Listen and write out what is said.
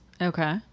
Okay